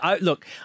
Look